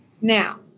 Now